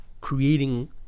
creating